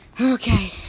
Okay